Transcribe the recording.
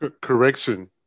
correction